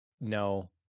no